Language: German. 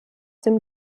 dem